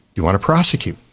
you want to prosecute?